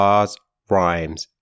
rhymes